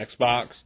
Xbox